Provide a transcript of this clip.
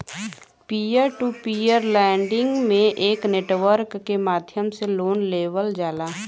peer to peer lending में एक network के माध्यम से लोन लेवल जाला